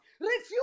Refuse